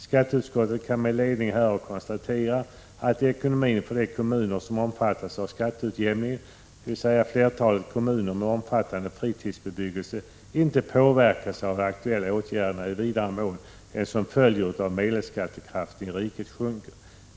Skatteutskottet kan med ledning härav konstatera att ekonomin för de kommuner som omfattas av skatteutjämningen, dvs. flertalet kommuner med omfattande fritidshusbebyggelse, inte påverkas av de aktuella åtgärderna i vidare mån än som följer av att medelskattekraften i riket sjunker.